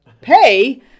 pay